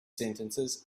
sentences